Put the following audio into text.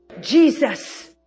Jesus